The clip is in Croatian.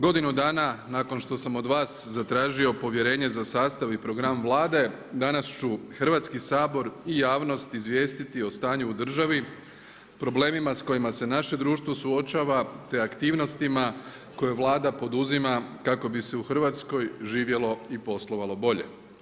Godinu dana nakon što sam od vas zatražio povjerenje za sastav i program Vlade, danas ću Hrvatski sabor i javnost izvijestiti o stanju u državi, problemima s kojima se naše društvo suočava te aktivnostima koje Vlada poduzima kako bi se u Hrvatskoj živjelo i poslovalo bolje.